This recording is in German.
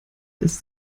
ist